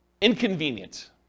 inconvenient